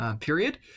period